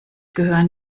gehören